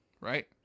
Right